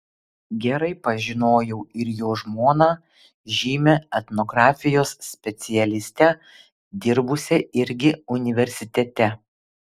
gerai pažinojau ir jo žmoną žymią etnografijos specialistę dirbusią irgi universitete